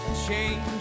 Change